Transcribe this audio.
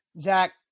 Zach